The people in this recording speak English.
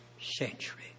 century